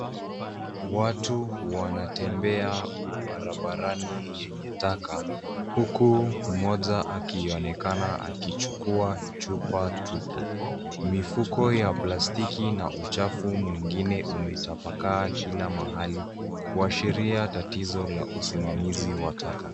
Watu wanatembea barabarani yenye taka huku mmoja akionekana akichukua chupa tupu. Mifuko ya plastiki na uchafu mwengine umetapakaa kila mahali kuashiria tatizo la usimamizi wa taka.